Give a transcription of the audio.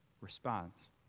responds